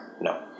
No